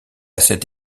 cette